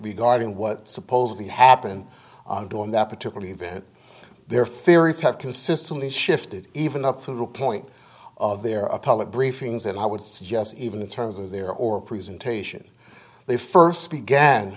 regarding what supposedly happened on during that particular event their fears have consistently shifted even up to the point of their public briefings and i would suggest even in terms of their or presentation they st began